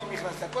אבל